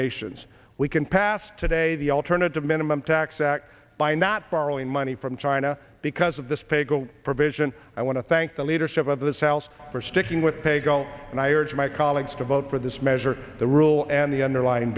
nations we can pass today the alternative minimum tax act by not borrowing money from china because of this pay go provision i want to thank the leadership of this house for sticking with paygo and i urge my colleagues to vote for this measure the rule and the underlying